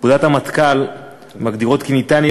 פקודות המטכ"ל מגדירות כי ניתן יהיה